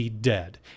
dead